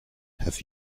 have